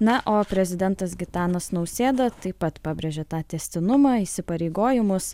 na o prezidentas gitanas nausėda taip pat pabrėžė tą tęstinumą įsipareigojimus